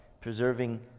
Preserving